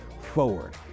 forward